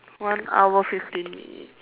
one hour fifteen minute